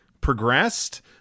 progressed